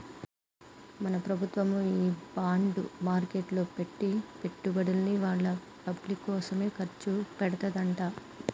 మన ప్రభుత్వము ఈ బాండ్ మార్కెట్లో పెట్టి పెట్టుబడుల్ని వాళ్ళ పబ్లిక్ కోసమే ఖర్చు పెడతదంట